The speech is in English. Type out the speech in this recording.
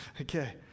Okay